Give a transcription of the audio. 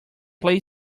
play